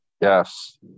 Yes